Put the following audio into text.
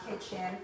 kitchen